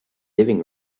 living